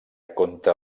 contra